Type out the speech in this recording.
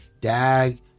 dag